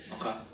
Okay